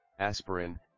aspirin